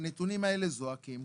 הנתונים האלה זועקים.